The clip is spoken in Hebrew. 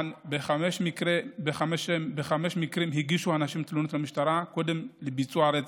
בחמישה מקרים הגישו הנשים תלונות למשטרה קודם ביצוע הרצח.